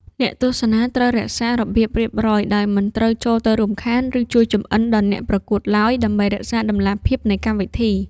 អ្នកទស្សនាត្រូវរក្សារបៀបរៀបរយ ដោយមិនត្រូវចូលទៅរំខាន ឬជួយចម្អិនដល់អ្នកប្រកួតឡើយ ដើម្បីរក្សាតម្លាភាពនៃកម្មវិធី។